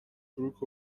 چروک